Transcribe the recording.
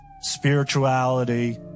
spirituality